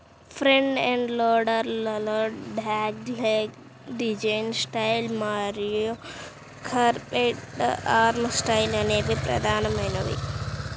front end loader లలో dogleg design style మరియు curved arm style అనేవి ప్రధానమైనవి